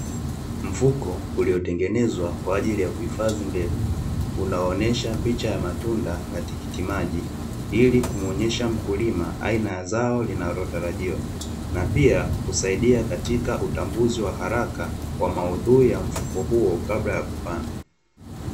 Mfuko uliotengenezwa kwa ajili ya kuhifadhi mbegu, unaonesha picha ya matunda ya tikitimaji, ili kumwonyesha mkulima aina ya zao linalotarajiwa. Na pia kusaidia katika utambuzi wa haraka, wa maudhui ya mfuko huo kabla ya kupanda.